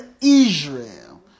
Israel